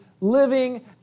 living